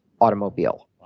automobile